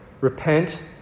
Repent